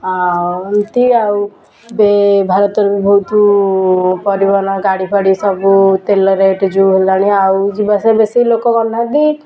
ଆଉ ଏମିତି ଆଉ ଏବେ ଭାରତରେ ବି ବହୁତ ପରିବହନ ଗାଡ଼ି ଫାଡ଼ି ସବୁ ତେଲ ରେଟ୍ ଯେଉଁ ହେଲାଣି ଆଉ ଯିବା ଆସିବା ବେଶୀ ଲୋକ କରୁନାହାଁନ୍ତି